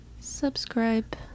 subscribe